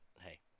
hey